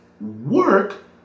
work